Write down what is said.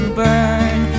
burn